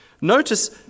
Notice